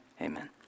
Amen